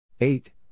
eight